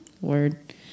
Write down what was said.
Word